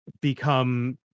become